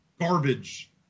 garbage